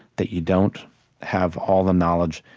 that you don't have all the knowledge,